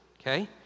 Okay